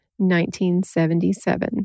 1977